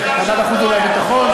בוועדת החוץ והביטחון,